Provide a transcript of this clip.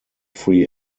free